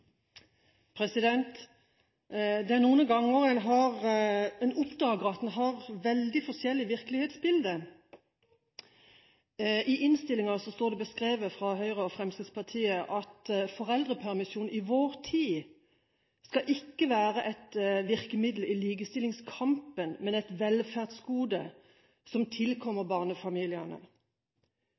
noen ganger en oppdager at en har veldig forskjellig virkelighetsbilde. I innstillingen står det beskrevet fra Høyre og Fremskrittspartiet at foreldrepermisjon i vår tid «ikke skal være et virkemiddel i likestillingskampen, men et velferdsgode som tilkommer barnefamiliene».